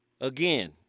Again